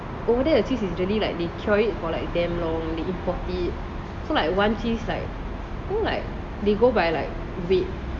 over there the cheese is really like they cure it for like damn long they import it so like one cheese like I think like they go by like weight